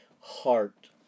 heart